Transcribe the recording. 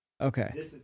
Okay